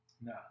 No